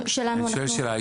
אני שואל שאלה,